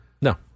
No